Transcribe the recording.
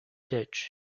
ditch